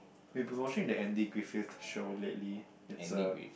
we've been watching the Andy-Griffith show lately it's a